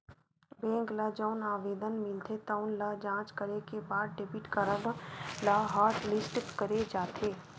bank ल जउन आवेदन मिलथे तउन ल जॉच करे के बाद डेबिट कारड ल हॉटलिस्ट करे जाथे